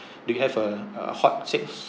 do you have a uh hot seeds